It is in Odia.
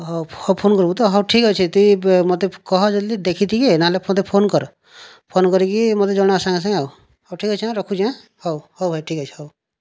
ହଉ ହଉ ଫୋନ୍ କରିବୁତ ହଉ ଠିକ୍ ଅଛି ତୁଇ ମୋତେ କହ ଜଲ୍ଦି ଦେଖି ଟିକେ ନାଇଁତ ମୋତେ ଫୋନ୍ କର ଫୋନ୍ କରିକି ମୋତେ ଜଣା ସାଙ୍ଗେ ସାଙ୍ଗେ ଆଉ ହଉ ଠିକ୍ ଅଛି ରଖୁଛି ହଉ ହଉ ଭାଇ ଠିକ୍ ଅଛି ହଉ